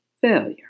failure